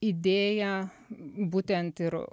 idėja būtent ir